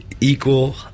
equal